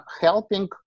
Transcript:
helping